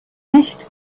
nicht